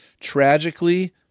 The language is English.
Tragically